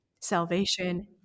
salvation